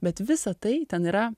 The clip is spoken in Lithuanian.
bet visa tai ten yra